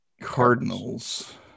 Cardinals